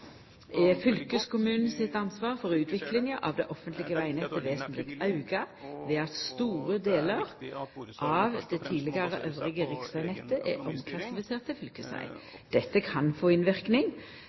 sitt ansvar for utviklinga av det offentlege vegnettet vesentleg auka, ved at store delar av det tidlegare øvrige riksvegnettet er omklassifisert til